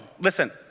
Listen